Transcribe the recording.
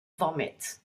vomit